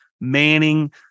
Manning